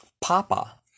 Papa